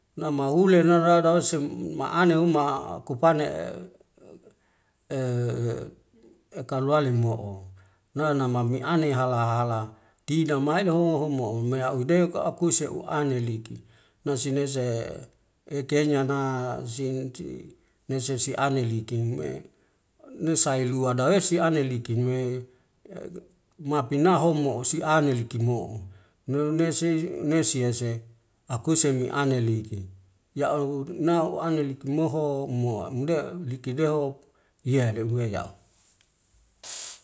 Nama ulena rara osem maa ane uma kupane ekalo ale mo'o na nama miane hala hala tinamai naho mohome maume uade akuse uane liki nase nese ekenyna unsinci nese siane liki me nesai lua dawese ane liki me mapina homo si ane liki mo'o meu nesi nesiase, akuse miane liki yau una uane liki moho mmo amde liki deho iyele uweu yau.